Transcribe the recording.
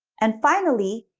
and finally,